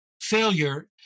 failure